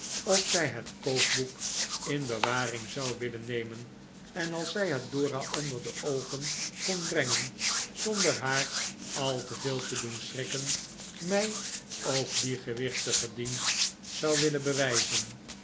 of zij het kookboek in bewaring zou willen nemen en als zij het dora onder de oogen kon brengen zonder haar al te veel te doen schrikken mij ook dien gewichtigen dienst zou willen bewijzen